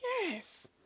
Yes